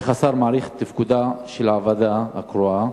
איך השר מעריך את תפקודה של הוועדה הקרואה,